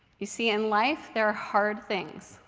you see, in life, there are hard things.